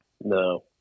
No